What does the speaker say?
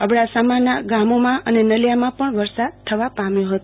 અબડાસાના ગામો અને નલિયામાં પણ વરસાદ થવા પામ્યો હતો